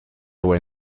were